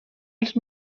els